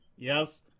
Yes